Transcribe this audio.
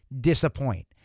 disappoint